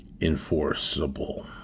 enforceable